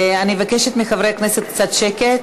אני מבקשת מחברי הכנסת קצת שקט.